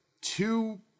two